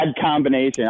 combination